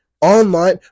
online